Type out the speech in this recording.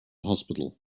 hospital